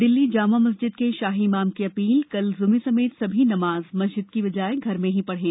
दिल्ली जामा मस्जिद के शाही इमाम की अपील कल जुमे समेत सभी नमाज मस्जिद की बजाए घर में ही पढ़ें